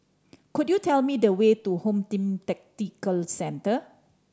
could you tell me the way to Home Team Tactical Centre